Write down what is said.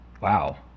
Wow